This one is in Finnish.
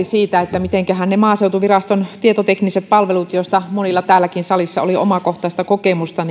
siitä miten maaseutuviraston tietotekniset palvelut joista monilla täällä salissakin oli omakohtaista kokemusta